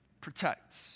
protect